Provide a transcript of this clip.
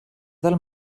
del